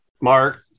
mark